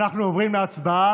אנחנו עוברים להצבעה.